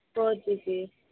four GB